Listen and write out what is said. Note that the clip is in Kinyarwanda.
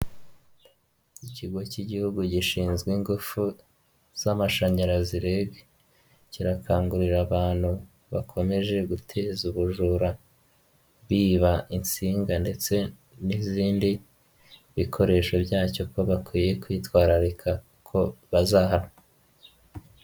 Ikigo cy'igihugu gishinzwe ingufu z'amashanyarazi REG, kirakangurira abantu bakomeje guteza ubujura, biba insinga ndetse n'izindi, bikoresho byacyo ko bakwiye kwitwararika ko bazahanwa.